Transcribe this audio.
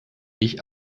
ich